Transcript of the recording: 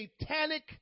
satanic